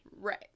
Right